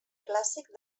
clàssic